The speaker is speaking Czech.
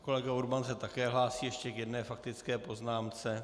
Kolega Urban se také hlásí ještě k jedné faktické poznámce.